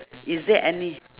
is there any